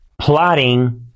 plotting